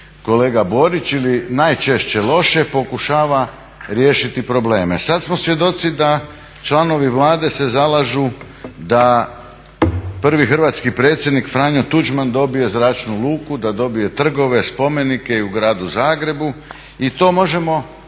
kolega Borić ili najčešće loše pokušava riješiti probleme. Sad smo svjedoci da članovi Vlade se zalažu da prvi hrvatski predsjednik Franjo Tuđman dobije zračnu luku, da dobije trgove, spomenike i u gradu Zagrebu i to možemo